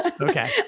Okay